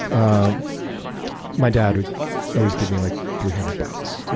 ah my dad would always give me like three hundred bucks,